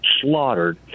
slaughtered